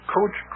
Coach